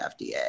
FDA